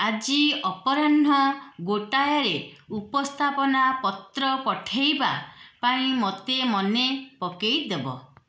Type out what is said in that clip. ଆଜି ଅପରାହ୍ନ ଗୋଟାଏରେ ଉପସ୍ଥାପନା ପତ୍ର ପଠାଇବା ପାଇଁ ମୋତେ ମନେ ପକାଇ ଦେବ